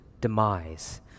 demise